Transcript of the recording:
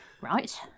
Right